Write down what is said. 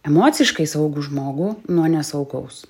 emociškai saugų žmogų nuo nesaugaus